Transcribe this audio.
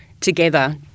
together